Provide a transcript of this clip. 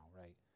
Right